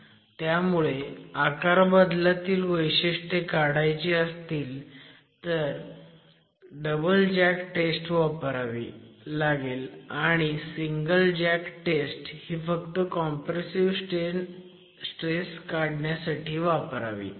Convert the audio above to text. त्यामुळे आकारबदलातील वैशिष्ट्ये काढायची असतील तर डबल जॅक टेस्ट वापरावी लागेल आणि सिंगल जॅक टेस्ट ही फक्त कॉम्प्रेसिव्ह स्ट्रेस काढण्यासाठी वापरावी